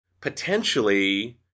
potentially